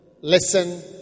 listen